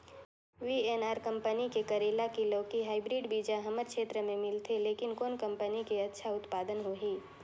VNR company के करेला की लौकी हाईब्रिड बीजा हमर क्षेत्र मे मिलथे, लेकिन कौन कंपनी के अच्छा उत्पादन होही?